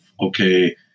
okay